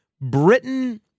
Britain